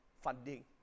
funding